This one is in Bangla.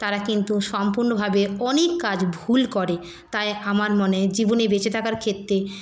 তারা কিন্তু সম্পূর্ণভাবে অনেক কাজ ভুল করে তাই আমার মনে হয় জীবনে বেঁচে থাকার ক্ষেত্রে